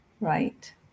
right